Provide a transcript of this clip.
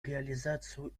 реализацию